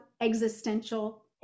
existential